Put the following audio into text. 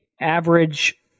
average